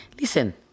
Listen